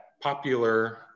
popular